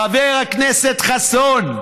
חבר הכנסת חסון.